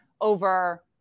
over